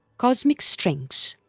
cosmic strings